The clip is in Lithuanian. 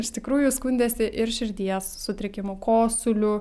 iš tikrųjų skundėsi ir širdies sutrikimu kosuliu